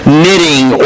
knitting